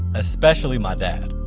especially my dad.